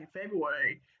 February